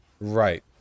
Right